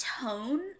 tone